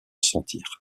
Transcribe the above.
sentir